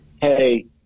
hey